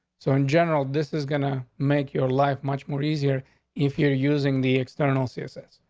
so in general, this is gonna make your life much more easier if you're using the external css.